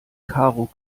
karo